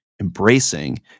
embracing